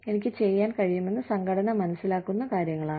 എനിക്ക് ചെയ്യാൻ കഴിയുമെന്ന് സംഘടന മനസ്സിലാക്കുന്ന കാര്യങ്ങളാണ്